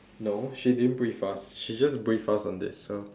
no she didn't brief us she just brief us on this so